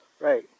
Right